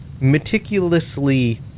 meticulously